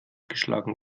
geschlagen